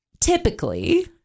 typically